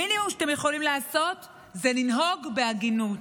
המינימום שאתם יכולים לעשות הוא לנהוג בהגינות.